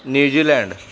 New Zealand